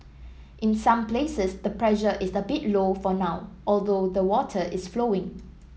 in some places the pressure is a bit low for now although the water is flowing